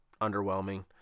underwhelming